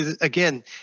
again